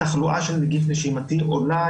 התחלואה של נגיף נשימתי עולה,